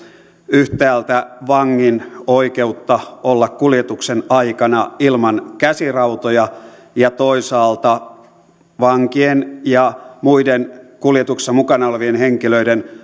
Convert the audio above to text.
yhtäältä vangin oikeutta olla kuljetuksen aikana ilman käsirautoja ja toisaalta vankien ja muiden kuljetuksessa mukana olevien henkilöiden